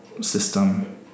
system